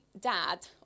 dad